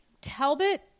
Talbot